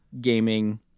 gaming